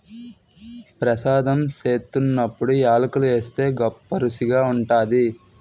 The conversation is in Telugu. ప్రసాదం సేత్తున్నప్పుడు యాలకులు ఏస్తే గొప్పరుసిగా ఉంటాది